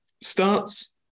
starts